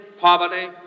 poverty